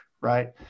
right